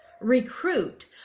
recruit